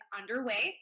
underway